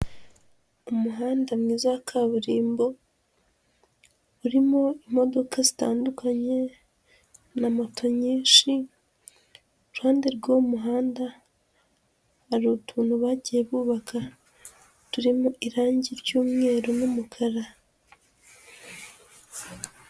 Umuhanda mwiza wa kaburimbo, urimo imodoka zitandukanye na moto nyinshi, ku ruhande rw'uwo muhanda hari utuntu bagiye bubaka turimo irangi ry'umweru n'umukara.